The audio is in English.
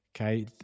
okay